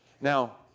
Now